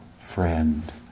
friend